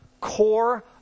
core